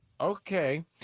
Okay